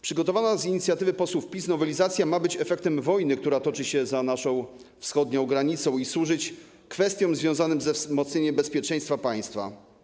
Przygotowana z inicjatywy posłów PiS nowelizacja ma być efektem wojny, która toczy się za naszą wschodnią granicą i służyć kwestiom związanym ze wzmocnieniem bezpieczeństwa państwa.